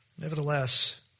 Nevertheless